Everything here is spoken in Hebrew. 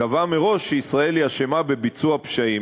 קבעה מראש שישראל אשמה בביצוע פשעים.